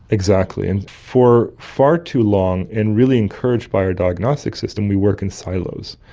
exactly. and for far too long, and really encouraged by our diagnostic system, we work in silos.